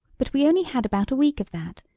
but we only had about a week of that,